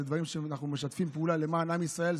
יש דברים שאנחנו משתפים פעולה בהם למען עם ישראל.